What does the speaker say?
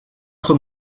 trop